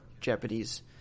Japanese